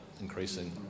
increasing